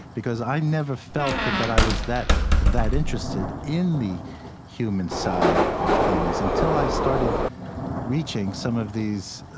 because i never felt that that i was that that interested in the human side of things until i started reaching some of these